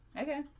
Okay